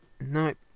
Nope